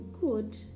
good